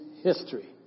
history